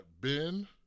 Ben